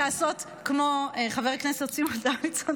כמו חבר הכנסת סימון דוידסון,